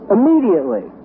Immediately